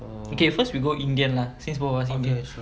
okay first we go indian lah since both of us indian